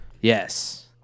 Yes